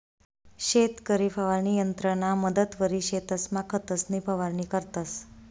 शेतकरी फवारणी यंत्रना मदतवरी शेतसमा खतंसनी फवारणी करतंस